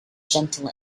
gentle